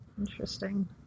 Interesting